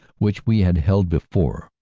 which we had held before,